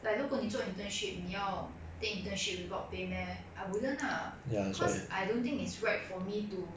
like 如果你做 internship 你要 take internship without pay meh I wouldn't lah cause I don't think is right for me to